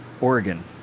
Oregon